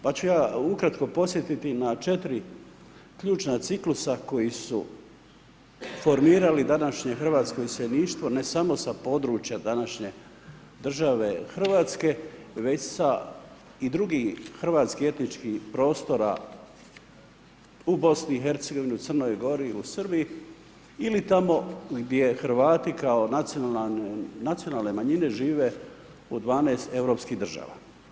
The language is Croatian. Pa ću ja ukratko podsjetiti na 4 ključna ciklusa koji su formirali današnje hrvatsko iseljeništvo, ne samo sa područja današnje države Hrvatske, već i sa drugih hrvatskih etičnih prostora u BIH, u Crnoj Gori, u Srbiji ili tamo gdje Hrvati, kao nacionalne manjine žive u 12 europskih država.